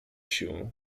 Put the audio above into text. siłę